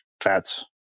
fats